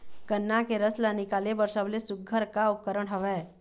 गन्ना के रस ला निकाले बर सबले सुघ्घर का उपकरण हवए?